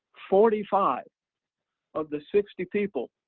forty five of the sixty people,